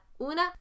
una